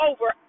Over